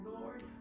Lord